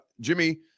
Jimmy